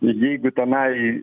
jeigu tenai